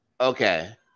okay